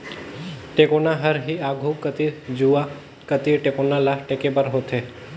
टेकोना हर ही आघु कती जुवा कती टेकोना ल टेके बर होथे